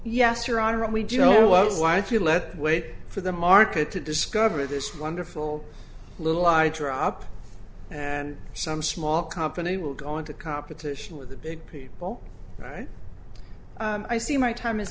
let wait for the market to discover this wonderful little i drop and some small company will go into competition with the big people right i see my time is